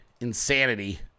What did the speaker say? insanity